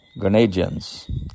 Grenadians